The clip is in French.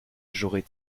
j’aurais